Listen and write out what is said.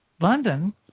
London